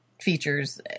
features